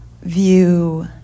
view